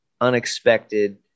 unexpected